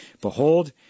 Behold